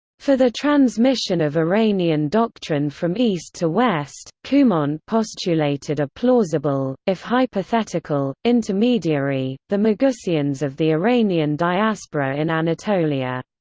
for the transmission of iranian doctrine from east to west, cumont postulated a plausible, if hypothetical, intermediary the magusaeans of the iranian diaspora in anatolia.